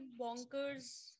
bonkers